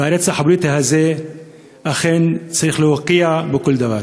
ואת הרצח הפוליטי הזה אכן צריך להוקיע בכל דבר.